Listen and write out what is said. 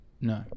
No